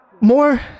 more